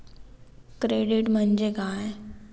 Credit म्हणजे काय?